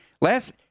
Last